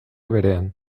berean